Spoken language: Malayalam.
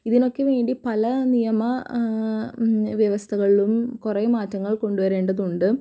ഇതിനൊക്കെ വേണ്ടി പല നിയമ വ്യവസ്ഥകളും കുറേ മാറ്റങ്ങൾ കൊണ്ടുവരേണ്ടതുണ്ട്